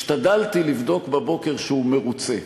השתדלתי לבדוק בבוקר שהוא מרוצה,